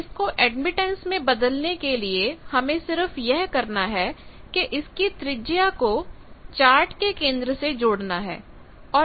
अब इसको एडमिटेंस में बदलने के लिए हमें सिर्फ यह करना है कि इसकी त्रिज्या को चार्ट के केंद्र से जोड़ना है